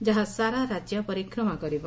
ଯାହା ସାରା ରାଜ୍ୟ ପରିକ୍ରମା କରିବ